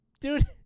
Dude